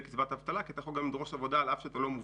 קצבת אבטלה כי אתה יכול גם לדרוש עבודה על אף שאתה לא מובטל.